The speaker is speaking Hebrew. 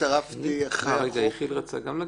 לפני כן, יחיאל אתה רוצה גם להגיד?